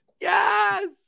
Yes